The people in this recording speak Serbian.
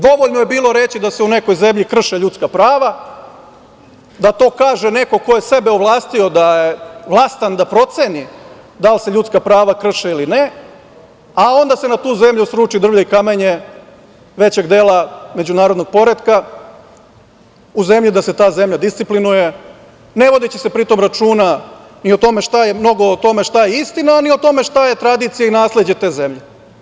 Dovoljno je bilo reći da se u nekoj zemlji krše ljudska prava, da to kaže neko ko je sebe ovlastio da je vlastan da proceni da li se ljudska prava krše ili ne, a onda se na tu zemlju sruči drvlje i kamenje većeg dela međunarodnog poretka u zemlji gde se ta zemlja disciplinuje, ne vodeći se pritom mnogo računa ni o tome šta je istina, a ni o tome ni šta je tradicija i nasleđe te zemlje.